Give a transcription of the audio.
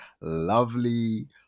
lovely